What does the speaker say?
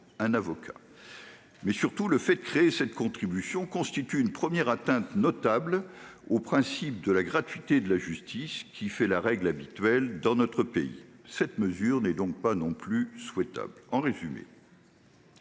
un avocat. Surtout, le fait de créer cette contribution constitue une première atteinte, notable, au principe de la gratuité de la justice, qui est la règle dans notre pays. Cette mesure n'est donc pas souhaitable. En résumé,